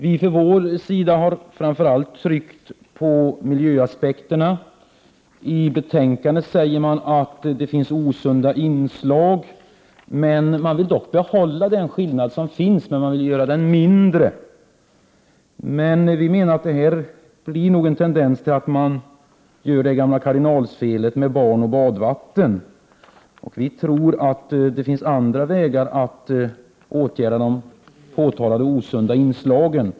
Vi inom vpk har framför allt tryckt på miljöaspekterna. I betänkandet sägs att det finns osunda inslag. Man vill emellertid behålla den skillnad som finns men göra den mindre. Vi anser att det här finns en risk för att man begår det gamla kardinalfelet med barnet och badvattnet. Vi tror att det finns andra vägar att gå för att komma till rätta med de påtalade osunda inslagen.